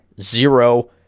zero